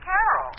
Carol